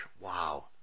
Wow